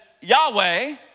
Yahweh